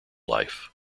life